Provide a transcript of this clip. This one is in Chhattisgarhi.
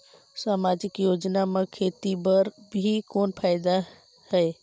समाजिक योजना म खेती बर भी कोई फायदा है?